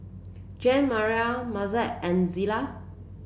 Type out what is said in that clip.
Jeanmarie Mazie and Zela